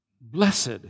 Blessed